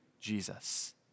Jesus